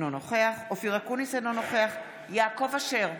אינו נוכח אופיר אקוניס, אינו נוכח יעקב אשר,